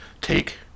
take